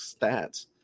stats